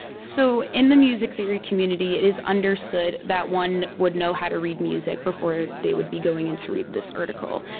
so, in the music theory community it is understood that one would know how to read music before they would be going in to read this article.